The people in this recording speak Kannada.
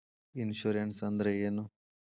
ಇನ್ಶೂರೆನ್ಸ್ ಅಂದ್ರ ಏನು?